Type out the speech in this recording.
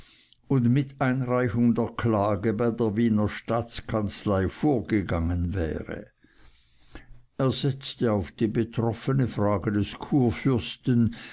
und mit einreichung der klage bei der wiener staatskanzlei vorgegangen wäre er setzte auf die betroffene frage des kurfürsten